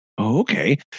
Okay